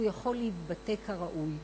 הוא יכול להתבטא כראוי,